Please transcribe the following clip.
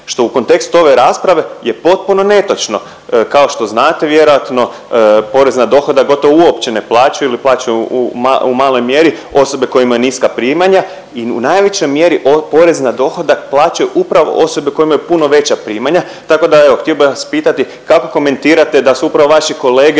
što u kontekstu ove rasprave je potpuno netočno. Kao što znate vjerojatno porez na dohodak gotovo uopće ne plaćaju ili plaćaju u maloj mjeri osobe koje imaju niska primanja i u najvećoj mjeri porez na dohodak plaćaju upravo osobe koje imaju puno veća primanja. Tako da evo htio bih vas pitati kako komentirate da su upravo vaši kolege